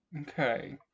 Okay